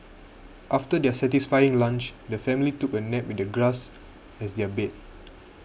after their satisfying lunch the family took a nap with the grass as their bed